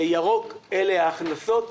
ירוק אלה ההכנסות.